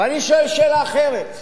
אבל אני שואל שאלה אחרת.